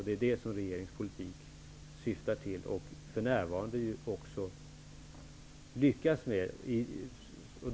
Det är detta som regeringens politik syftar till och som den för närvarande också lyckas med.